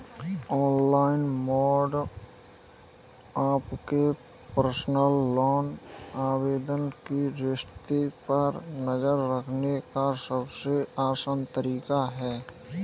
online mode आपके personal loan आवेदन की स्थिति पर नज़र रखने का सबसे आसान तरीका है